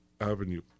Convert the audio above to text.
Avenue